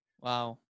Wow